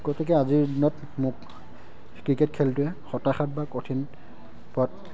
গতিকে আজিৰ দিনত মোক ক্ৰিকেট খেলটোৱে হতাশাত বা কঠিন পথ